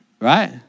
Right